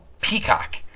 Peacock